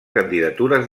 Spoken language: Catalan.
candidatures